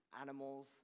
animals